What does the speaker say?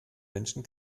menschen